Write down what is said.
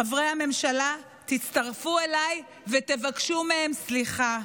חברי הממשלה, תצטרפו אליי ותבקשו מהם סליחה: